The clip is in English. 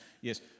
Yes